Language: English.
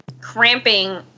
cramping